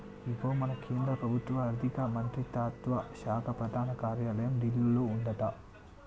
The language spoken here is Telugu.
ఇగో మన కేంద్ర ప్రభుత్వ ఆర్థిక మంత్రిత్వ శాఖ ప్రధాన కార్యాలయం ఢిల్లీలో ఉందట